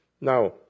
Now